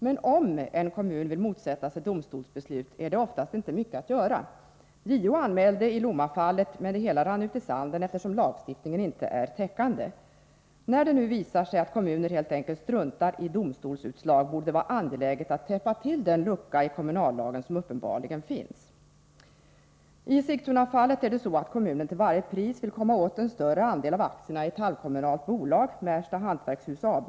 Men om en kommun vill motsätta sig domstolsbeslut är det oftast inte mycket att göra. JO anmälde i Lommafallet, men det hela rann ut i sanden, eftersom lagstiftningen inte är täckande. När det nu visar sig att kommuner helt enkelt struntar i domstolsutslag, borde det vara angeläget att täppa till den lucka i kommunallagen som uppenbarligen finns. I Sigtunafallet vill kommunen till varje pris komma åt en större andel av aktierna i ett halvkommunalt bolag, Märsta Hantverkshus AB.